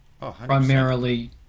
primarily